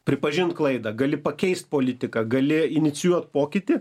pripažint klaidą gali pakeist politiką gali inicijuot pokytį